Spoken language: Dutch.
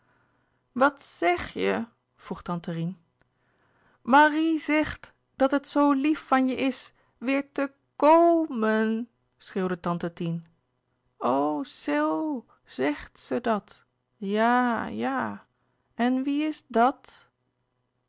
wat zèg je vroeg tante rien marie zegt dat het zoo lief van je is weer te ko o men schreeuwde tante tien o zoo zegt ze dat ja ja en wie is dàt dat